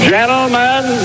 Gentlemen